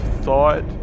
thought